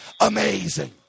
amazing